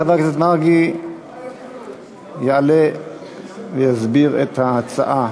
חבר הכנסת מרגי יעלה ויסביר את ההצעה.